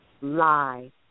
lie